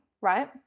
right